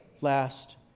last